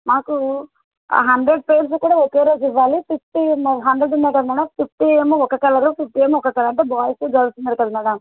మాకు hundred pairs కూడా ఒకేరోజు ఇవ్వాలి ఫిఫ్టీ ఉన్న హండ్రెడ్ ఉన్నాయి కదా మేడం ఫిఫ్టీ ఏమో ఒక కలర్ ఫిఫ్టీ ఏమో ఒక కలర్ అంటే బాయ్స్ గర్ల్స్ ఉన్నారు కదా మేడం